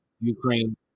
Ukraine